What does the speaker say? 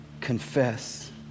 confess